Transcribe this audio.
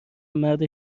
مرد